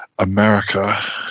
america